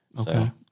Okay